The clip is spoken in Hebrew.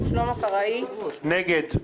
שלמה קרעי, נגד.